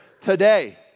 today